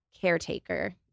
caretaker